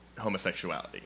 homosexuality